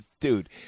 Dude